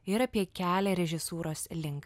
ir apie kelią režisūros link